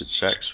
sex